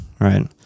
right